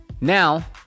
Now